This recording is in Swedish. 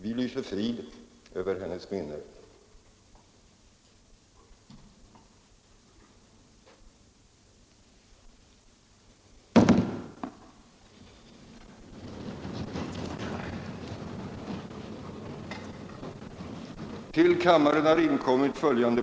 Vi lyser frid över hennes minne.